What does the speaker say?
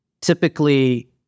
typically